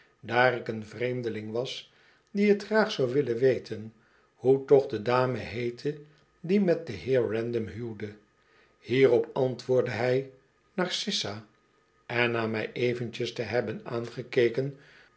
daar ik een vreemdeling was die t graag zou willen weten hoe toch de dame heette die met den heer random huwde hierop antwoordde hij narcissa en na mij eventjes te hebben aangekeken